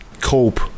cope